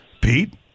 Pete